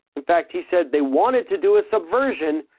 in fact, he said they wanted to do a subversion.